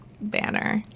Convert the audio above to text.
banner